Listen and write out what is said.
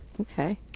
Okay